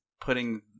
putting